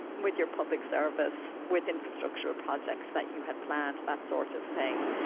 with your public service, with infrastructural projects that you had planned, that sort of thing.